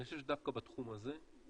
אני חושב שדווקא בתחום הזה,